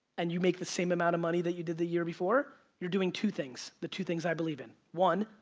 and you make the same amount of money that you did the year before, you're doing two things, the two things i believe in. one,